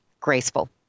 graceful